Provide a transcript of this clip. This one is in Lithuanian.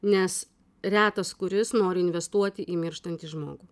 nes retas kuris nori investuoti į mirštantį žmogų